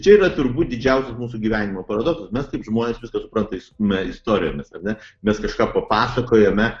čia yra turbūt didžiausias mūsų gyvenimo paradoksas mes taip žmonės viską suprantame istorijomis ar ne mes kažką papasakojame